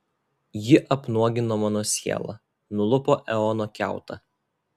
ji apnuogino mano sielą nulupo eono kiautą